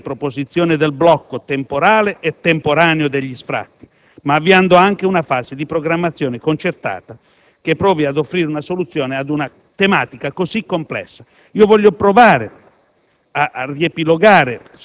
non limitandosi ad una mera riproposizione del blocco temporale e temporaneo degli sfratti, ma avviando anche una fase di programmazione concertata che provi ad offrire una soluzione ad una tematica così complessa. Voglio provare